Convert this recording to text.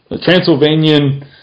Transylvanian